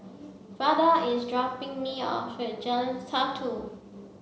Vada is dropping me off at Jalan Satu